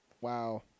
Wow